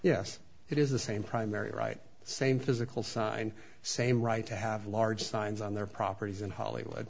yes it is the same primary right same physical sign same right to have large signs on their properties and hollywood